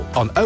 on